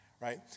right